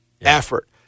effort